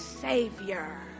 Savior